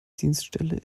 dienststelle